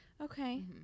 Okay